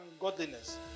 godliness